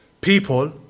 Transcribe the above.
people